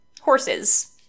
horses